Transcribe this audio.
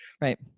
Right